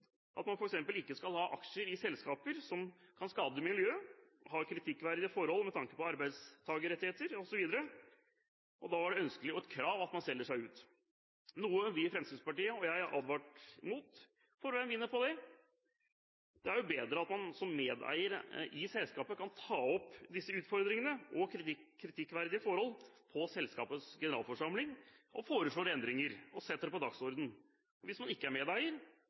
at man f.eks. ikke skal ha aksjer i selskaper som kan skade miljøet og har kritikkverdige forhold med tanke på arbeidstakerrettigheter osv. Da var det ønskelig – og et krav – at man selger seg ut, noe vi i Fremskrittspartiet og jeg har advart mot, for hvem vinner på det? Det er jo bedre at man som medeier i selskapet kan ta opp disse utfordringene og kritikkverdige forhold på selskapets generalforsamling og foreslå endringer og sette det på dagsordenen. Hvis man ikke er medeier,